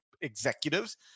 executives